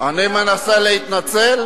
אני מנסה להתנצל?